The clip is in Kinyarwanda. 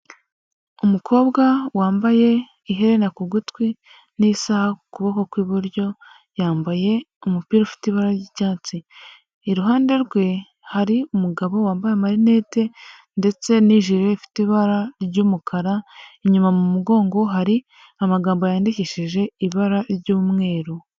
Umukobwa wambaye iherena ku gutwi n'isaha ku kuboko kw'iburyo, yambaye umupira ufite ibara ry'icyatsi, iruhande rwe hari umugabo wambaye amarinete ndetse n'ijire ifite ibara ry'umukara, inyuma mu mugongo hari amagambo yandikishije ibara ry'umweru.